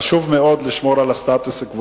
חשוב מאוד לשמור על הסטטוס-קוו.